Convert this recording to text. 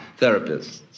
therapists